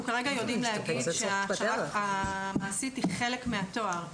כרגע אנחנו יודעים להגיד שההכשרה המעשית היא חלק מהתואר,